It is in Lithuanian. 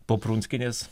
po prunskienės